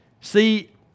See